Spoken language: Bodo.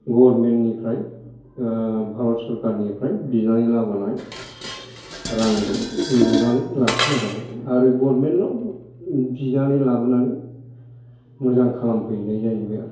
गभारमेन्टाव निफ्राय भारत सरखारनिफ्राय बिनानै लाबोनाय रांजों लुनानै लाफैनो हाबाय आरो गभारमेन्टाव बिनानै लाबोनानै मोजां खालामफैनाय जाहैबाय आरो